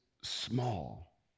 small